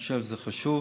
אני חושב שזה חשוב.